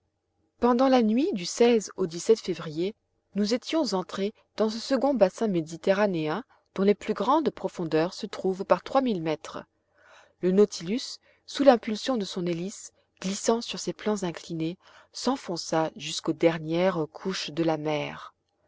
pendant la nuit du au février nous étions entrés dans ce second bassin méditerranéen dont les plus grandes profondeurs se trouvent par trois mille mètres le nautilus sous l'impulsion de son hélice glissant sur ses plans inclinés s'enfonça jusqu'aux dernières couches de la mer